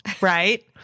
right